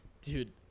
Dude